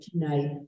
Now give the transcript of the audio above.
tonight